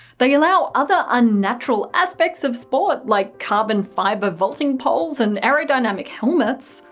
they allow other unnatural aspects of sports, like carbon fibre vaulting poles and aerodynamic helmets.